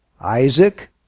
Isaac